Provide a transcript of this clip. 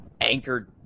anchored